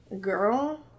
Girl